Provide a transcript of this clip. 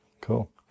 Cool